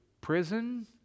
prison